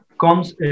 comes